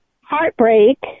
heartbreak